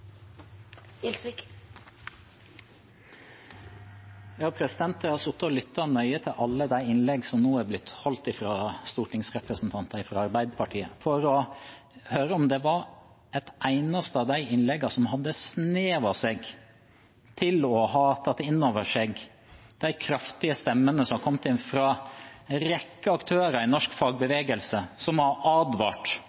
nå har blitt holdt fra stortingsrepresentanter fra Arbeiderpartiet, for å høre om det var et eneste av de innleggene som viste et snev av at en har tatt inn over seg de kraftige stemmene som har kommet inn fra en rekke aktører i norsk